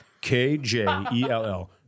K-J-E-L-L